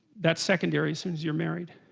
that secondary since you're married